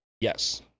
Yes